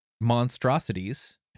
monstrosities